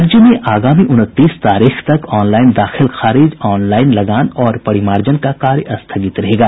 राज्य में आगामी उनतीस तारीख तक ऑनलाईन दाखिल खारिज ऑनलाईन लगान और परिमार्जन का कार्य स्थगित रहेगा